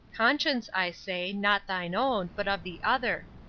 conscience, i say, not thine own, but of the other.